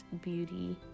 beauty